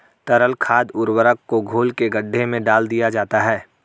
तरल खाद उर्वरक को घोल के गड्ढे में डाल दिया जाता है